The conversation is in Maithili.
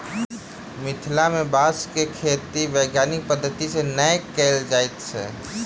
मिथिला मे बाँसक खेती वैज्ञानिक पद्धति सॅ नै कयल जाइत अछि